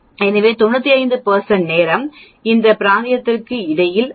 எனவே 95 நேரம் இந்த பிராந்தியத்திற்கு இடையில் அல்லது 2 இருக்கும்